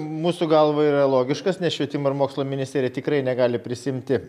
mūsų galva yra logiškas nes švietimo ir mokslo ministerija tikrai negali prisiimti